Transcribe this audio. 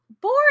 boring